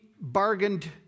bargained